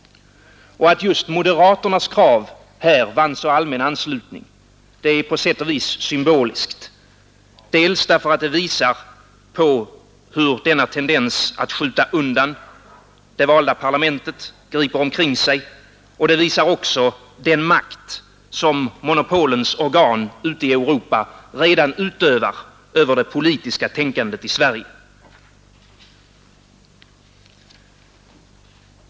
Att just moderaternas krav här vann så allmän anslutning är på sätt och vis symboliskt, dels därför att det visar hur denna tendens att skjuta undan det valda parlamentet griper omkring sig, dels därför att det visar den makt som monopolens organ ute i Europa redan utövar över det politiska tänkandet i Sverige.